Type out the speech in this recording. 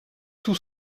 tout